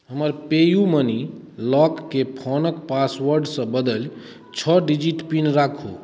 हमर PayU money लॉकके फोनक पासवर्डसँ बदलि छओ डिजिट पिन राखू